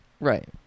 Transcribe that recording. Right